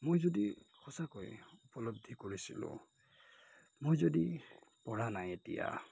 মই যদি সঁচাকৈয়ে উপলব্ধি কৰিছিলোঁ মই যদি পৰা নাই এতিয়া